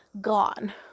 gone